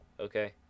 Okay